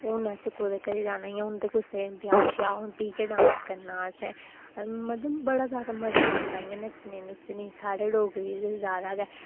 हून अस कोह्दे घरै जाना इ'यां हून ते कुसै दे ब्याह् श्याह् होन बी गै डांस करना असें मतलब बड़ा ज्यादा मजा औंदा इ'यां नच्चने नुच्चने गी साढ़े डोगरें दे ते ज्यादा गै